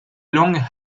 langues